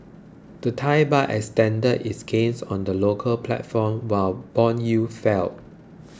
the Thai Baht extended its gains on the local platform while bond yields fell